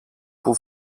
που